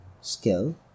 skill